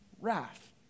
wrath